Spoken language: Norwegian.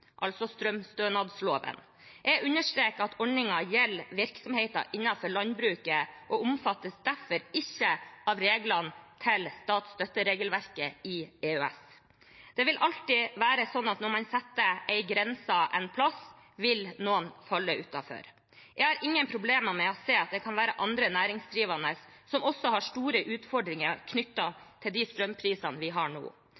altså strømstønadsloven. Jeg understreker at ordningen gjelder virksomheter innenfor landbruket og derfor ikke omfattes av reglene til statsstøtteregelverket til EØS. Det vil alltid være sånn at når man setter en grense et sted, vil noen falle utenfor. Jeg har ingen problemer med å se at det kan være andre næringsdrivende som også har store utfordringer knyttet til de strømprisene vi har nå.